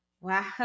wow